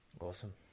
Awesome